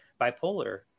bipolar